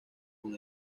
con